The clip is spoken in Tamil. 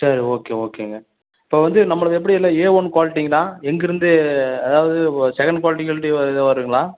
சேரி ஓகே ஓகேங்க இப்போ வந்து நம்பளுக்கு எப்படி எல்லா ஏ ஒன் குவாலிட்டிங்களா எங்கிருந்து அதாவது செகண்ட் குவால்ட்டி கீல்ட்டி எதோ வருங்களா